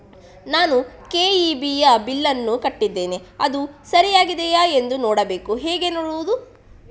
ನಾನು ಕೆ.ಇ.ಬಿ ಯ ಬಿಲ್ಲನ್ನು ಕಟ್ಟಿದ್ದೇನೆ, ಅದು ಸರಿಯಾಗಿದೆಯಾ ಎಂದು ನೋಡಬೇಕು ಹೇಗೆ ನೋಡುವುದು?